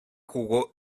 jugó